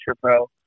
pro